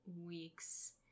weeks